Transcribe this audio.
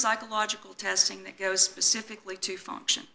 psychological testing that goes pacifically to function